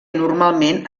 normalment